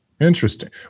Interesting